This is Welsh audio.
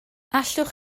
allwch